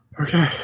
Okay